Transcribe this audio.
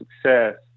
success